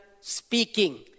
speaking